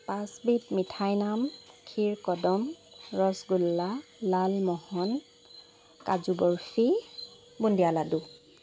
পাঁচবিধ মিঠাইৰ নাম খীৰ কদম ৰসগোল্লা লালমোহন কাজু বৰফি বুন্দিয়া লাডু